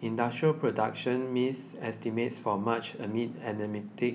industrial production missed estimates for March amid anaemic